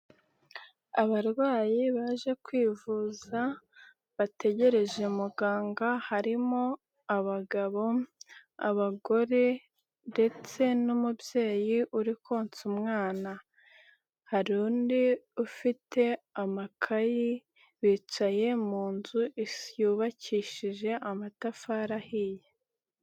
Abarwayi baje kwivuza bategereje muganga, harimo abagabo, abagore ndetse n'umubyeyi uri konsa umwana. Hari undi ufite amakayi bicaye mu nzu yubakishije amatafari ahiye.